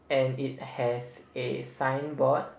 and it has a signboard